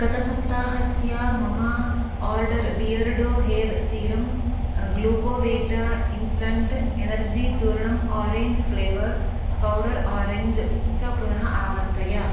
गतसप्ताहस्य मम order Beardo hair serum Glucovita instant energy चूर्णम् ओरेञ्ज् फ्लेवर् च पुनः आवर्तय